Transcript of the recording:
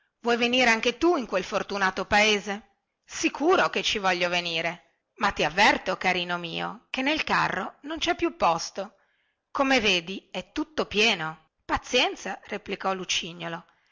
vuoi venire anche tu in quel fortunato paese sicuro che ci voglio venire ma ti avverto carino mio che nel carro non cè più posto come vedi è tutto pieno pazienza replicò lucignolo